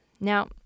Now